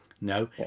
No